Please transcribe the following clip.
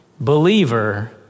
believer